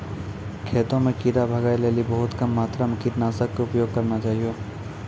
खेतों म कीड़ा भगाय लेली बहुत कम मात्रा मॅ कीटनाशक के उपयोग करना चाहियो